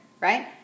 Right